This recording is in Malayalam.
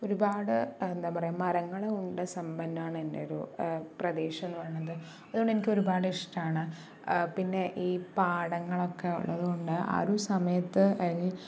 ഒരുപാട് എന്താ പറയുക മരങ്ങൾ കൊണ്ട് സമ്പന്നമാണ് എൻ്റെ ഒരു പ്രദേശം എന്ന് പറയുന്നത് അതുകൊണ്ട് തന്നെ എനിക്ക് ഒരുപാട് ഇഷ്ടമാണ് പിന്നെ ഈ പാടങ്ങളൊക്കെ ഉള്ളതുകൊണ്ട് ആ ഒരു സമയത്ത്